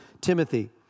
Timothy